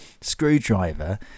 screwdriver